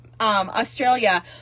Australia